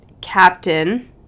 captain